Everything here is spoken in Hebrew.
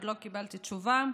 עוד לא קיבלתי תשובה,